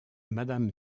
madame